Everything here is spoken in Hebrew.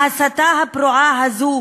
ההסתה הפרועה הזאת